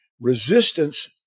Resistance